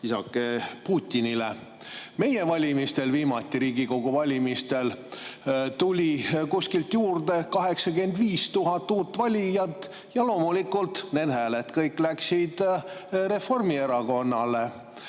isake Putinile. Meie valimistel viimati, Riigikogu valimistel tuli kuskilt juurde 85 000 uut valijat ja loomulikult need hääled kõik läksid Reformierakonnale.